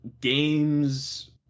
games